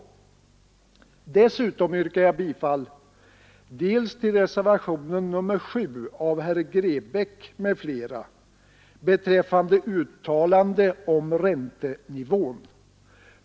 Dessutom yrkar jag bifall till reservationen 7 av herr Grebäck m.fl. beträffande uttalande om räntenivån.